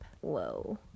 whoa